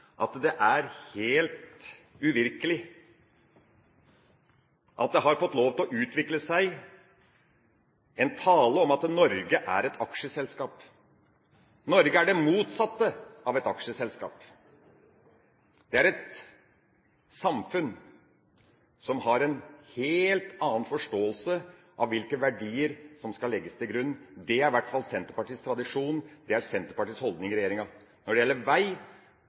at det er helt uvirkelig at det har fått lov til å utvikle seg en tale om at Norge er et aksjeselskap. Norge er det motsatte av et aksjeselskap. Det er et samfunn, som har en helt annen forståelse av hvilke verdier som skal legges til grunn. Det er i hvert fall Senterpartiets tradisjon. Det er Senterpartiets holdning i regjeringa. Når det gjelder vei,